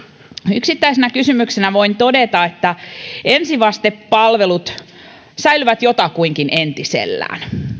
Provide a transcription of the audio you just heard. yksittäisenä kysymyksenä voin todeta että ensivastepalvelut säilyvät jotakuinkin entisellään